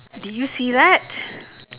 did you see that